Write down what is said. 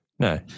No